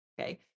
okay